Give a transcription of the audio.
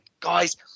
guys